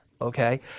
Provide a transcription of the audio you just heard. okay